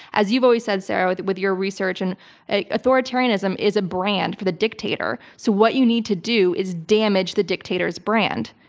as you've always said sarah with with your research, and authoritarianism is a brand for the dictator so what you need to do is damage the dictators brand.